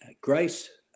Grace